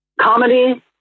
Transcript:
Comedy